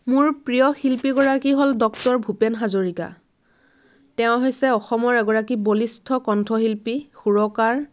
মোৰ প্ৰিয় শিল্পীগৰাকী হ'ল ডক্টৰ ভূপেন হাজৰিকা তেওঁ হৈছে অসমৰ এগৰাকী বলিষ্ঠ কন্ঠশিল্পী সুৰকাৰ